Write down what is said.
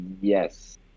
Yes